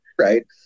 right